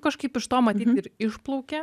kažkaip iš to manimi ir išplaukė